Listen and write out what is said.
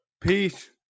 Peace